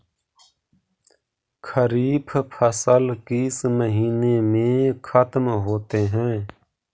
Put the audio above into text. खरिफ फसल किस महीने में ख़त्म होते हैं?